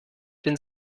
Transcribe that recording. den